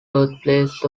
birthplace